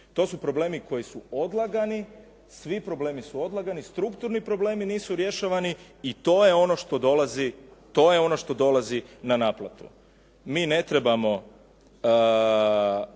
To su problemi koji su odlagani, svi problemi su odlagani, strukturni problemi nisu rješavani i to je ono što dolazi na naplatu. Mi ne trebamo